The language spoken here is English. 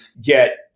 get